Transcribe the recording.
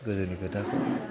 गोदोनि खोथाखौ